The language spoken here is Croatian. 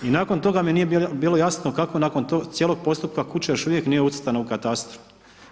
I nakon toga mi nije bilo jasno kako nakon tog cijelog postupka kuća još uvijek nije ucrtana u katastru.